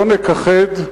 לא נכחד,